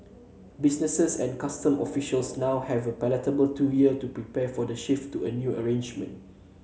businesses and customs officials now have a palatable two year to prepare for the shift to the new arrangement